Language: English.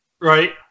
right